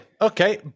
Okay